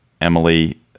Emily